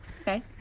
Okay